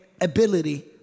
ability